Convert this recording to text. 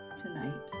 tonight